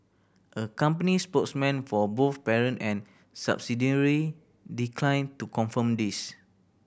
a company spokesman for both parent and subsidiary declined to confirm this